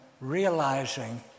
realizing